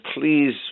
please